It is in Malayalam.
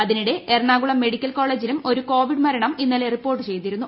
അതിനിടെ എറണാകുളം മെഡിക്കൽ കോളേജിലും ഒരു കോവിഡ് മരണം ഇന്നലെ റിപ്പോർട്ട് ചെയ്തിരുന്നു